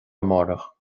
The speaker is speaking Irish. amárach